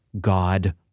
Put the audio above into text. God